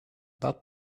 that